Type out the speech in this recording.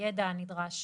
הידע הנדרש